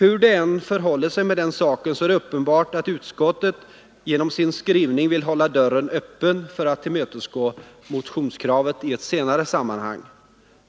Hur det än förhåller sig med den saken är det uppenbart att utskottet genom sin skrivning vill hålla dörren öppen för att tillmötesgå motionskravet i ett annat eller senare sammanhang.